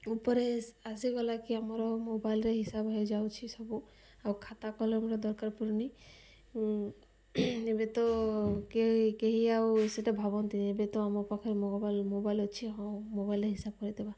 ଉପରେ ଆସିଗଲା କି ଆମର ମୋବାଇଲରେ ହିସାବ ହେଇଯାଉଛି ସବୁ ଆଉ ଖାତା କଲମର ଦରକାର ପଡ଼ୁନି ଏବେ ତ କେହି କେହି ଆଉ ସେଟା ଭାବନ୍ତି ଏବେ ତ ଆମ ପାଖରେ ମୋବାଇଲ ମୋବାଇଲ୍ ଅଛି ହଁ ମୋବାଇଲରେ ହିସାବ କରିଦେବା